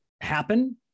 happen